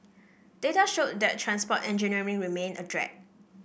data showed that transport engineering remained a drag